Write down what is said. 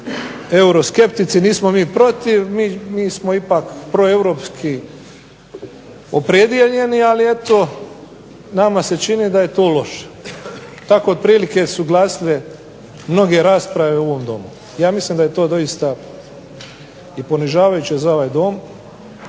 euroskeptici, nismo mi protiv, mi smo ipak proeuropski opredijeljeni ali eto, meni se čini da je to loše. Tako otprilike su glasile mnoge rasprave u ovom Domu, ja mislim da je to doista i ponižavajuće za ovaj Dom.